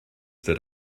that